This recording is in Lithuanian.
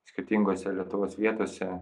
skirtingose lietuvos vietose